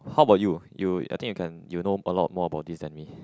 how about you you I think you can you know a lot more about this than me